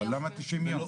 אבל למה 90 יום?